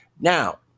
Now